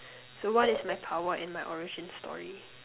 so what is my power and my origin story